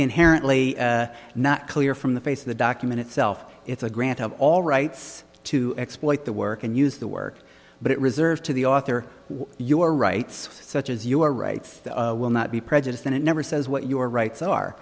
inherently not clear from the face of the document itself it's a grant of all rights to exploit the work and use the work but it reserved to the author your rights such as your rights will not be prejudiced and it never says what your rights are